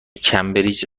کمبریج